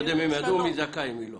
קודם הם ידעו מי זכאי ומי לא.